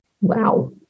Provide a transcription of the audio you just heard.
Wow